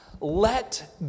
Let